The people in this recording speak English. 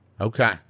Okay